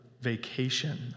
vacation